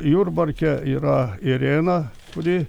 jurbarke yra irena kuri